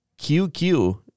QQ